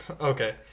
Okay